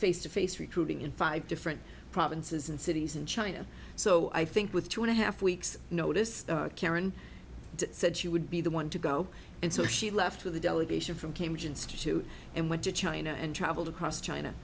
face to face recruiting in five different provinces and cities in china so i think with two and a half weeks notice karen said she would be the one to go and so she left with a delegation from cambridge institute and went to china and traveled across china